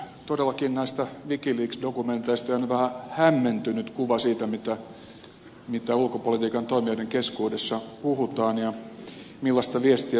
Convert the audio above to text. todellakin näistä wikileaks dokumenteista on jäänyt vähän hämmentynyt kuva siitä mitä ulkopolitiikan toimijoiden keskuudessa huhutaan ja millaista viestiä suomesta lähetetään